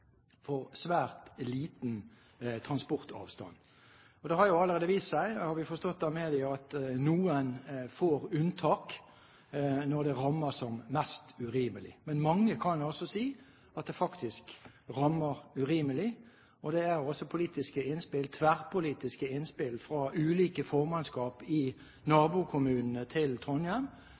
en svært liten transportavstand. Og det har jo allerede vist seg – har vi forstått av media – at noen får unntak når det rammer som mest urimelig, men mange kan si at det rammer urimelig. Det har vært tverrpolitiske innspill fra ulike formannskap i nabokommunene til Trondheim,